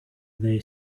their